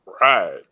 right